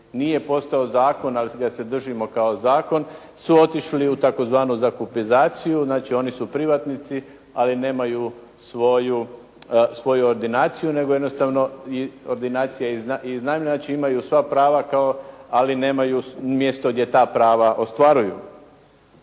nije postao zakon, ali ga se držimo kao zakon su otišli u tzv. zakupizaciju, znači oni su privatnici, ali nemaju svoju ordinaciju, nego jednostavno ordinacija iznajmljena, znači imaju sva prava kao, ali nemaju mjesto gdje ta prava ostvaruju.